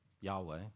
Yahweh